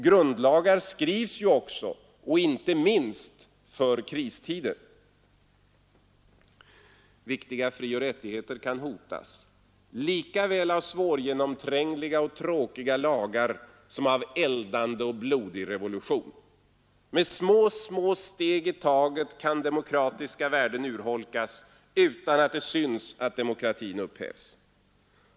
Grundlagar skrivs också — och inte minst — för sådana kristider Viktiga frioch rättigheter kan hotas lika väl av svårgenomträngliga och tråkiga lagar som av eldande och blodig revolution. Med små, små steg i taget kan demokratiska värden urholkas utan att det syns att demokratin upphävs.